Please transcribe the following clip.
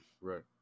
right